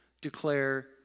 declare